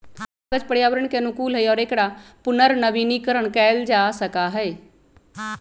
कागज पर्यावरण के अनुकूल हई और एकरा पुनर्नवीनीकरण कइल जा सका हई